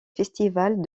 festivals